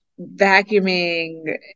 vacuuming